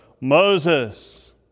Moses